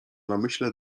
namyśle